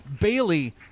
Bailey